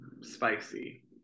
spicy